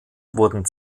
wurden